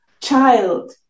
child